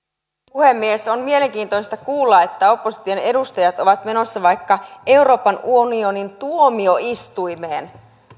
puhemies on mielenkiintoista kuulla että opposition edustajat ovat menossa vaikka euroopan unionin tuomioistuimeen